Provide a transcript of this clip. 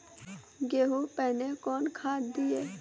गेहूँ पहने कौन खाद दिए?